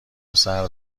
پسر